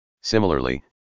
Similarly